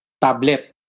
tablet